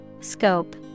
Scope